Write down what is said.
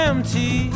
Empty